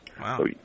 Wow